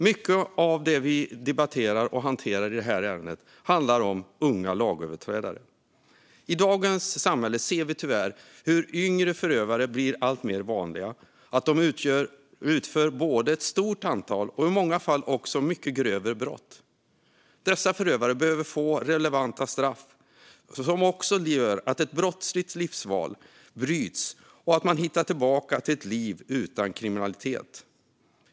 Mycket av det vi debatterar och hanterar i det här ärendet handlar om unga lagöverträdare. I dagens samhälle ser vi tyvärr hur det blir alltmer vanligt med yngre förövare, att de utför ett stort antal och i många fall också mycket grövre brott. Dessa förövare ska dömas till relevanta straff, som innebär att ett brottsligt livsval bryts och att de hittar tillbaka till ett liv utan kriminalitet.